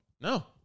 No